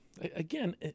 Again